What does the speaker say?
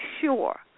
sure